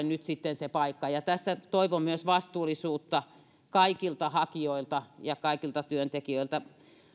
nyt sitten se paikka tässä toivon vastuullisuutta myös kaikilta hakijoilta ja kaikilta työntekijöiltä